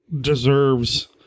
deserves